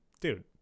dude